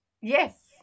Yes